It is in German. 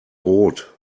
rot